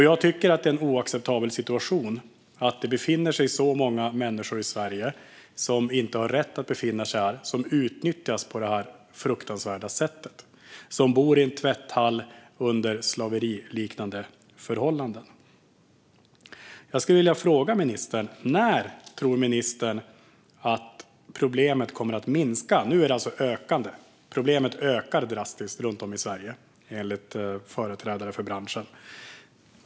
Jag tycker att det är en oacceptabel situation att det befinner sig så många människor i Sverige som inte har rätt att befinna sig här och som utnyttjas på detta fruktansvärda sätt - som bor i en tvätthall under slaveriliknande förhållanden. Jag skulle vilja fråga ministern när hon tror att problemet kommer att minska. Nu ökar det alltså drastiskt runt om i Sverige, enligt företrädare för branschen.